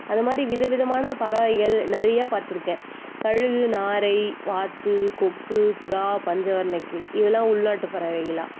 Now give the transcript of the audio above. அதை மாதிரி வித விதமான பறவைகள் நிறையா பார்த்துருக்கேன் கழுகு நாரை வாத்து கொக்கு புறா பஞ்சவர்ணக்கிளி இதெல்லாம் உள்நாட்டு பறவைகளா